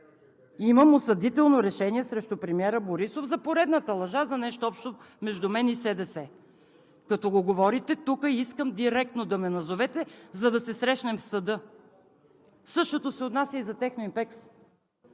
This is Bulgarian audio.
имам осъдително решение срещу премиера Борисов за поредната лъжа за нещо общо между мен и СДС. Като го говорите тук, искам директно да ме назовете, за да се срещнем в съда. Същото се отнася и за „Техноимпекс“.